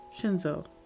Shinzo